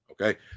okay